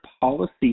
policy